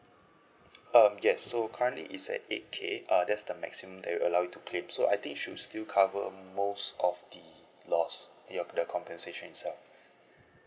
um yes so currently is at eight K err that's the maximum that we allow you to claim so I think should still cover most of the lost yup the compensation itself